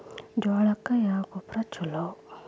ಜೋಳಕ್ಕ ಯಾವ ಗೊಬ್ಬರ ಛಲೋ?